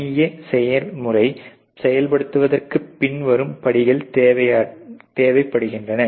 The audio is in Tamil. FMEA செயல்முறையை செயல்படுத்துவதற்கு பின்வரும் படிகள் தேவைப்படுகின்றன